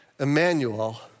Emmanuel